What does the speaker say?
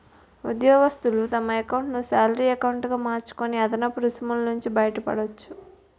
ఉద్యోగస్తులు తమ ఎకౌంటును శాలరీ ఎకౌంటు గా మార్చుకొని అదనపు రుసుము నుంచి బయటపడవచ్చు